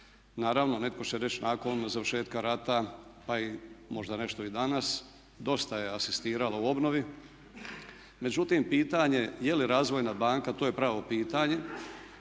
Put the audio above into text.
Naravno, netko će reći nakon završetka rata, pa i možda nešto i danas dosta je asistiralo u obnovi, međutim pitanje je li razvojna banka, to je pravo pitanje,